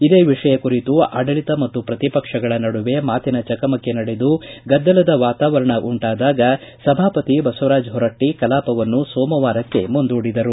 ಇದೇ ವಿಷಯ ಕುರಿತು ಆಡಳಿತ ಮತ್ತು ಪ್ರತಿಪಕ್ಷಗಳ ನಡುವೆ ಮಾತಿನ ಚಕಮಕಿ ನಡೆದು ಗದ್ದಲದ ವಾತಾವರಣ ಉಂಟಾದಾಗ ಸಭಾಪತಿ ಬಸವರಾಜ ಹೊರಟ್ಟಿ ಕಲಾಪವನ್ನು ಸೋಮವಾರಕ್ಕೆ ಮುಂದೂಡಿದರು